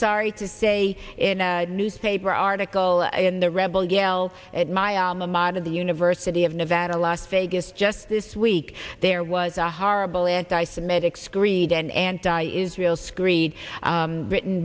sorry to say in a newspaper article in the rebel yell at my alma mater the university of nevada las vegas just this week there was a horrible anti semitic screed in and israel's greed written